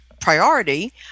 priority